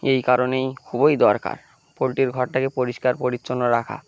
এই কারণেই খুবই দরকার পোলট্রির ঘরটাকে পরিষ্কার পরিচ্ছন্ন রাখা